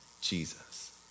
Jesus